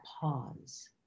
pause